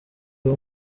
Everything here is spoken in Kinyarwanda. uyu